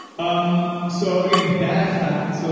um so again, bad fats, so